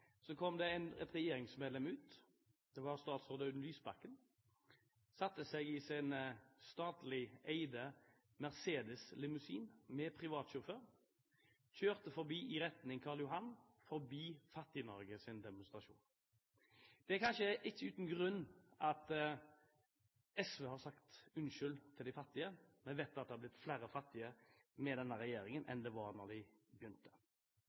så ned der, kom det et regjeringsmedlem ut – det var statsråd Audun Lysbakken. Han satte seg i sin statlig eide Mercedes Limousine med privatsjåfør og kjørte forbi i retning Karl Johan, forbi Fattignorges demonstrasjon. Det er kanskje ikke uten grunn at SV har sagt unnskyld til de fattige. Vi vet det har blitt flere fattige med denne regjeringen enn det var da de